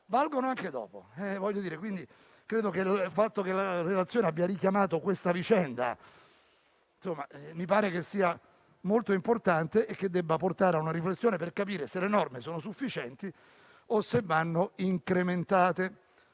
valgono anche dopo. Credo che il fatto che relazione abbia richiamato questa vicenda mi pare sia molto importante e debba portare a una riflessione per capire se le norme sono sufficienti o se vanno incrementate.